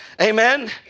Amen